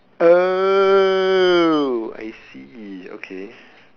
oh I see okay